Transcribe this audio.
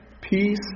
peace